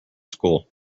school